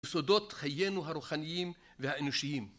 בסודות חיינו הרוחניים והאנושיים.